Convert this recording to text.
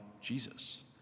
Jesus